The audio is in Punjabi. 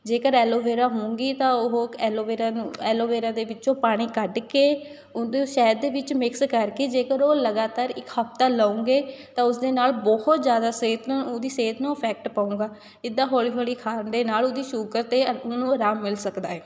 ਜੇਕਰ ਐਲੋ ਵੇਰਾ ਹੋਊਂਗੀ ਤਾਂ ਉਹ ਐਲੋ ਵੇਰਾ ਨੂੰ ਐਲੋ ਵੇਰਾ ਦੇ ਵਿੱਚੋਂ ਪਾਣੀ ਕੱਢ ਕੇ ਉਹਦੇ ਸ਼ਹਿਦ ਦੇ ਵਿੱਚ ਮਿਕਸ ਕਰਕੇ ਜੇਕਰ ਉਹ ਲਗਾਤਾਰ ਇੱਕ ਹਫਤਾ ਲਉਂਗੇ ਤਾਂ ਉਸਦੇ ਨਾਲ਼ ਬਹੁਤ ਜ਼ਿਆਦਾ ਸਿਹਤ ਨਾਲ ਉਹਦੀ ਸਿਹਤ ਨੂੰ ਇਫੈਕਟ ਪਊਗਾ ਇੱਦਾਂ ਹੌਲ਼ੀ ਹੌਲ਼ੀ ਖਾਣ ਦੇ ਨਾਲ਼ ਉਹਦੀ ਸ਼ੂਗਰ 'ਤੇ ਅ ਉਹਨੂੰ ਆਰਾਮ ਮਿਲ ਸਕਦਾ ਹੈ